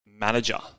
manager